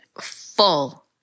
full